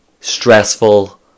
stressful